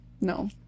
no